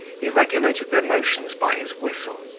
he regulated their motions by his whistle,